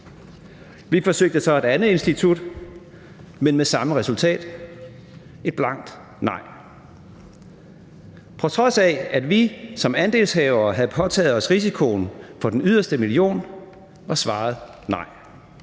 Vi forsøgte så i et andet institut, men med samme resultat, nemlig et blankt nej. På trods af at vi som andelshavere havde påtaget os risikoen for den yderste million, var svaret nej.